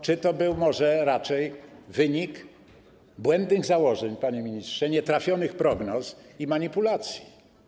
Czy to był może raczej wynik błędnych założeń, panie ministrze, nietrafionych prognoz i manipulacji?